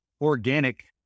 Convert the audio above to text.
organic